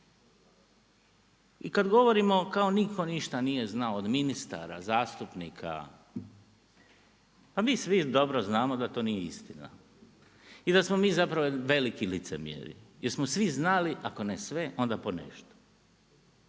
I kad govorimo, kao nitko ništa nije znao, od ministara, zastupnika, pa mi svi dobro znamo da to nije istina i da smo mi zapravo veliki licemjeri. Jer smo svi znali ako ne sve, onda ponešto.